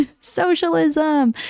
socialism